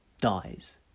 dies